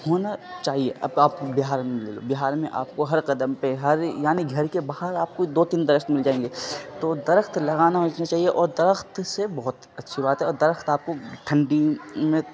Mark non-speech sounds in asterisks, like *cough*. ہونا چاہیے اب آپ بہار میں لے لو بہار میں آپ کو ہر قدم پہ ہر یعنی گھر کے باہر آپ کو دو تین درخت مل جائیں گے تو درخت لگانا *unintelligible* چاہیے اور درخت سے بہت اچھی بات ہے اور درخت آپ کو ٹھنڈی میں